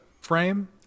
frame